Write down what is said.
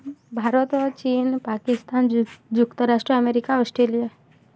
ଭାରତ ଚୀନ୍ ପାକିସ୍ତାନ ଯୁକ୍ତରାଷ୍ଟ୍ର America Australia